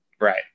Right